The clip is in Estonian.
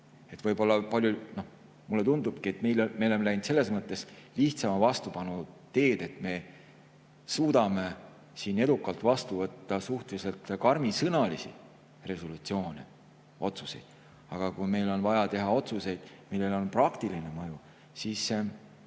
ja lai praktiline mõju. Mulle tundubki, et me oleme läinud selles mõttes lihtsama vastupanu teed, et me suudame siin edukalt vastu võtta suhteliselt karmisõnalisi resolutsioone, otsuseid, aga kui meil on vaja teha otsuseid, millel on praktiline mõju, siis meil